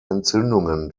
entzündungen